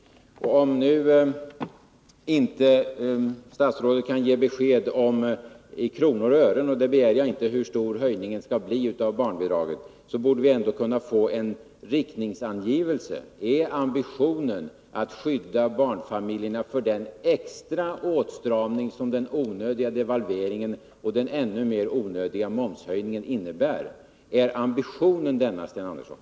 Om statsrådet inte nu kan ge besked i kronor och ören — och det begär jag inte — om hur stor höjningen skall bli av barnbidraget, borde vi ändå kunna få en riktningsangivelse. Är ambitionen att skydda barnfamiljerna för den extra åtstramning som den onödiga devalveringen och den ännu mer onödiga momshöjningen innebär? Är ambitionen denna, Sten Andersson?